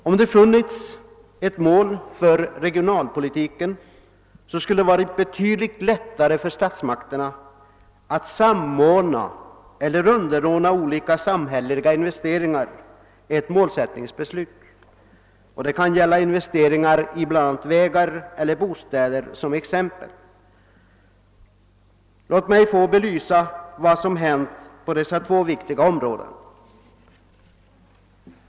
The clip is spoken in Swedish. Om det funnits ett målsättningsbeslut för regionalpolitiken, skulle det ha varit betydligt lättare för statsmakterna att samordna olika samhälleliga investeringar — det kan gälla exempelvis investeringar i vägar eller bostäder. Låt mig få bevisa detta med vad som hänt på dessa två viktiga områden.